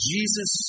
Jesus